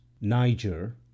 Niger